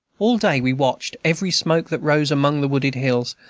all day we watched every smoke that rose among the wooded hills,